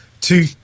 two